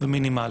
ומינימאלי.